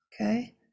okay